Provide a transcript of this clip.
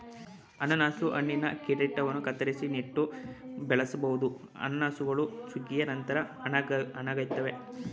ಅನನಾಸು ಹಣ್ಣಿನ ಕಿರೀಟವನ್ನು ಕತ್ತರಿಸಿ ನೆಟ್ಟು ಬೆಳೆಸ್ಬೋದು ಅನಾನಸುಗಳು ಸುಗ್ಗಿಯ ನಂತರ ಹಣ್ಣಾಗ್ತವೆ